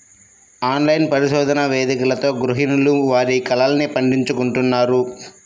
online పరిశోధన వేదికలతో గృహిణులు వారి కలల్ని పండించుకుంటున్నారు